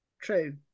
True